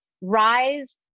rise